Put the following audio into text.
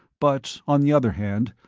but, on the other hand,